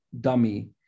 dummy